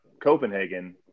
Copenhagen